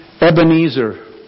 Ebenezer